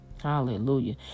Hallelujah